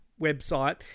website